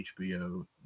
HBO